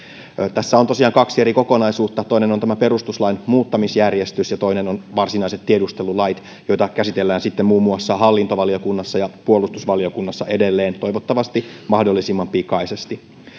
tässä on tosiaan kaksi eri kokonaisuutta toinen on perustuslain muuttamisjärjestys ja toinen on varsinaiset tiedustelulait joita käsitellään sitten edelleen muun muassa hallintovaliokunnassa ja puolustusvaliokunnassa toivottavasti mahdollisimman pikaisesti